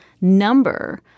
number